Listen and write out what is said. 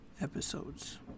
episodes